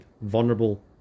vulnerable